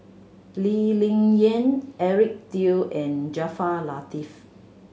Lee Ling Yen Eric Teo and Jaafar Latiff